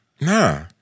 Nah